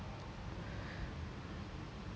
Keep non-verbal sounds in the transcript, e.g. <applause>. <breath>